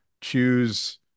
choose